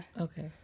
Okay